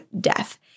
death